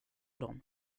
dem